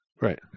Right